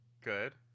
good